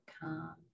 calm